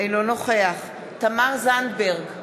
אינו נוכח תמר זנדברג,